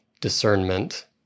discernment